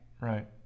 right